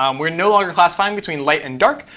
um we're no longer classifying between light and dark.